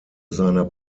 seiner